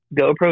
gopro